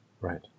Right